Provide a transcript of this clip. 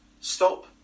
Stop